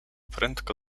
prędko